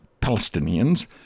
Palestinians